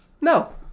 no